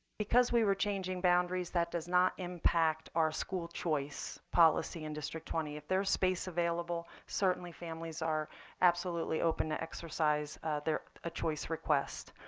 because we were changing boundaries, that does not impact our school choice policy in district twenty. if there is space available, certainly families are absolutely open to exercise their ah choice request.